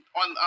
on